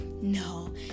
no